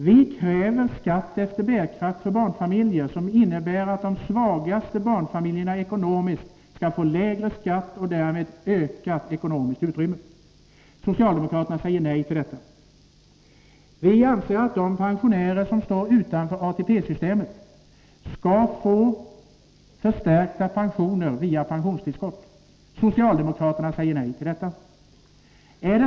Vi kräver skatt efter bärkraft för barnfamiljer, vilket innebär att de ekonomiskt svagaste barnfamiljerna skall få lägre skatt och därmed ett ökat ekonomiskt utrymme. Socialdemokraterna säger nej till detta. Vi anser att de pensionärer som står utanför ATP systemet skall få förstärkta pensioner via pensionstillskott. Socialdemokraterna säger nej till detta.